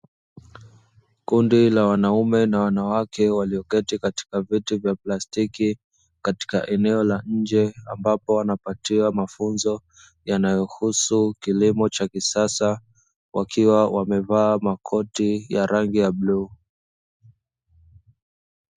Kundi la wanaume na wanawake walioketi katika viti vya plastiki katika eneo la nje ambapo wanapatiwa mafunzo yanayohusu kilimo cha kisasa wakiwa wamevaa makoti ya rangi ya bluu.